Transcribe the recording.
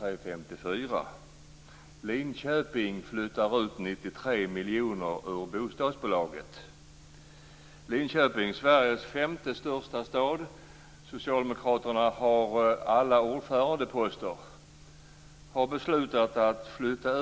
03.54: "Linköping flyttar 93 miljoner ur bostadsbolaget". Linköping, Sveriges femte största stad där Socialdemokraterna har alla ordförandeposter, har beslutat att flytta